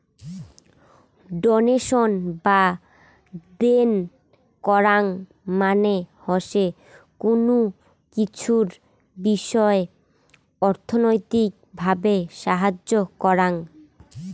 donation বা দেন করাং মানে হসে কুনো কিছুর বিষয় অর্থনৈতিক ভাবে সাহায্য করাং